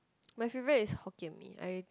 my favourite is Hokkien-Mee I